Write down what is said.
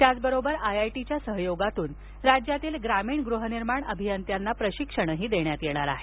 त्याचबरोबर आयआयटीच्या सहयोगातून राज्यातील ग्रामीण गृहनिर्माण अभियंत्यांना प्रशिक्षणही देण्यात येणार आहे